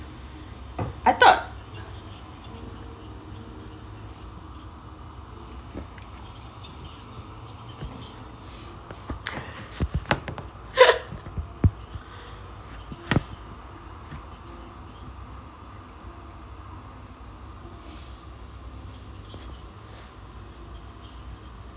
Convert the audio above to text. I thought